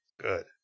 good